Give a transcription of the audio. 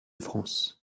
france